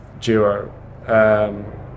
duo